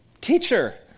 teacher